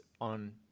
on